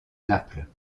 naples